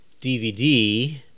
DVD